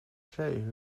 tjej